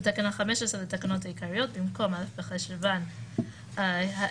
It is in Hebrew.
בתקנה 15 לתקנות העיקריות, במקום חשוון תשפ"ב,